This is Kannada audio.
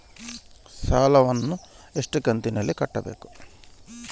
ಸಾಲವನ್ನ ಎಷ್ಟು ಕಂತಿನಾಗ ಕಟ್ಟಬೇಕು?